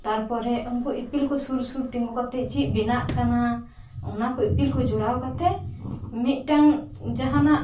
ᱛᱟᱨᱯᱚᱨᱮ ᱩᱱᱠᱩ ᱤᱯᱤᱞ ᱠᱩ ᱥᱩᱨ ᱥᱩᱨ ᱛᱤᱜᱩ ᱠᱟᱛᱮ ᱪᱮᱫ ᱵᱮᱱᱟᱜ ᱠᱟᱱᱟ ᱚᱱᱟ ᱠᱚ ᱤᱯᱤᱞ ᱠᱚ ᱡᱟᱲᱟᱣ ᱠᱟᱛᱮ ᱢᱤᱫᱴᱟᱝ ᱡᱟᱦᱟᱱᱟᱜ